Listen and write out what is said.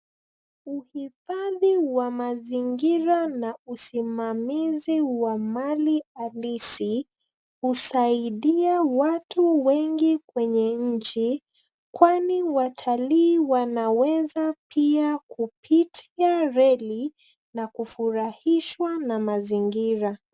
Uhifadhi wa mazingira na usimamizi wa mali halisi husaidia watu wengi kwenye nchi kwani watalii wanaweza pia kupitia reli na kufurahishwa na mazingira.